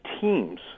teams